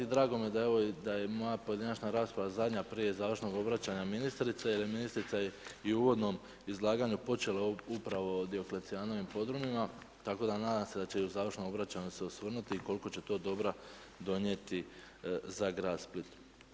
Drago mi je da je moja pojedinačna rasprava zadnja prije završnog obraćanja ministrice jer je ministrica i u uvodnom izlaganju počela upravo o Dioklecijanovim podrumima tako da nadam se da će u završnom obraćanju se osvrnuti koliko će to dobra donijeti za grad Split.